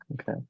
Okay